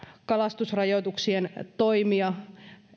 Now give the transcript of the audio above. kalastusrajoituksien toimia